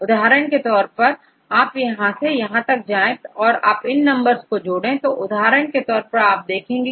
उदाहरण के तौर पर यदि आप यहां से यहां तक जाएं और आप इन नंबर्स को जोड़ें तो उदाहरण के तौर पर आप देखेंगे